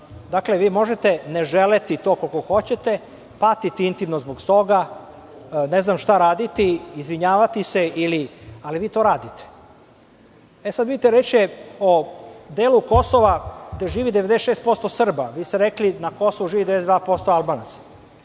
Dakle, možete to ne želeti koliko hoćete, patiti intimno zbog toga, ne znam šta raditi, izvinjavati se, ali vi to radite. Vidite, reč je o delu Kosova gde živi 96% Srba. Rekli ste da na Kosovu živi 92% Albanaca